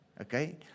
Okay